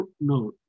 no